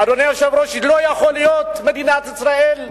אדוני היושב-ראש, לא יכול שמדינת ישראל,